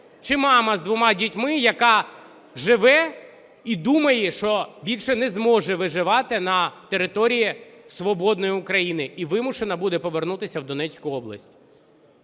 чи мама з двома дітьми, яка живе і думає, що більше не зможе виживати на території свободної України і вимушена буде повернутися в Донецьку область.